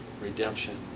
redemption